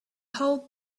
hold